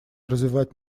развивать